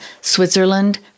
Switzerland